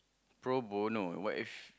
pro bono what if